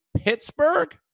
Pittsburgh